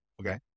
okay